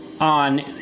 on